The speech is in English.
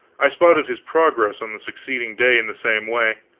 i spotted his progress on the succeeding day in the same way.